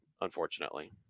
unfortunately